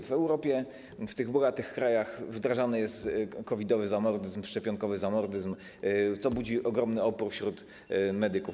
W Europie w bogatych krajach wdrażany jest COVID-owy zamordyzm, szczepionkowy zamordyzm, co budzi ogromny opór wśród medyków.